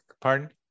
pardon